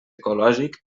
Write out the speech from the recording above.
ecològic